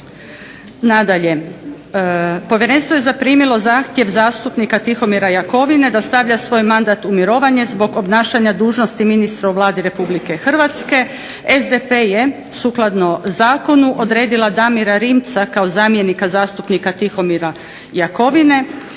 Nadalje, povjerenstvo je zaprimilo zahtjev zastupnika Tihomira Jakovine da stavlja svoj mandat u mirovanje zbog obnašanja dužnosti ministra u Vladi RH. SDP je sukladno zakonu odredila Damira Rimca kao zamjenika zastupnika Tihomira Jakovine